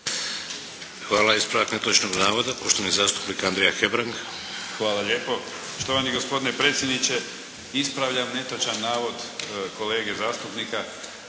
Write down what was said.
ispravljam netočan navoda kolege zastupnika,